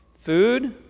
Food